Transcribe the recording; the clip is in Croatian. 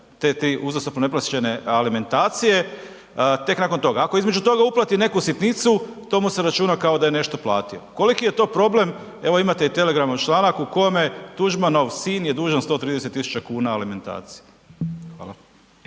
te tri uzastopno neplaćene alimentacije tek nakon toga, a ako između toga uplati neku sitnicu, to mu se računa to mu se računa kao da je nešto platio, koliki je to problem, evo imate i Telegramov članak u kojemu Tuđmanov sin je dužan 130.000,00 kn alimentacije. Hvala.